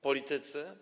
Politycy.